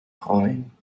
freuen